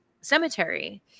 cemetery